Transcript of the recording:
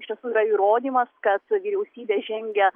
iš tiesų yra įrodymas kad vyriausybė žengia